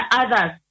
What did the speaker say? others